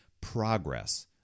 Progress